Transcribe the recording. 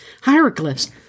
Hieroglyphs